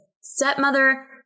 stepmother